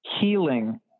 healing